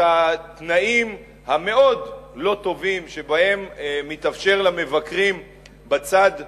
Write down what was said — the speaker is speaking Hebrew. את התנאים המאוד-לא-טובים שבהם מתאפשר למבקרים בצד שקדוש,